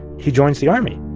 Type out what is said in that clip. he joins the army